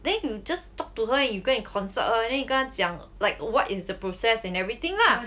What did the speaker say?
then you just talk to her and you go and consult her then 你跟他讲 like what is the process and everything lah